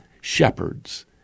shepherds